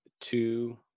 two